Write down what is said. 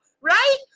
right